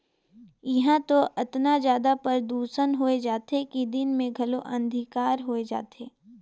इहां तो अतना जादा परदूसन होए जाथे कि दिन मे घलो अंधिकार होए जाथे